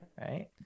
right